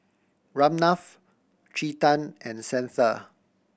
Ramnath Chetan and Santha